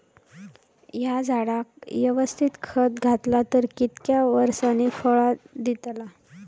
हया झाडाक यवस्तित खत घातला तर कितक्या वरसांनी फळा दीताला?